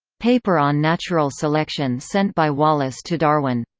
paper on natural selection sent by wallace to darwin.